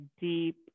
deep